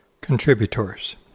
Contributors